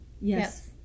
Yes